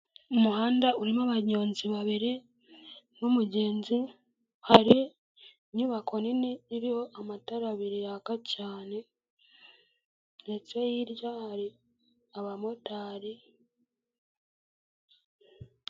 Umuhanda urimo abanyonzi babiri n'umugenzi, hari inyubako nini iriho amatara abiri yaka cyane ndetse hirya hari abamotari.